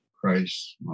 Christ